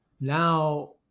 now